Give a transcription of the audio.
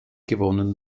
gewonnen